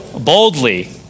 Boldly